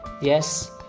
Yes